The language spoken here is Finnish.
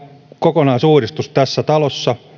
kokonaisuudistus tässä talossa